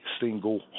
single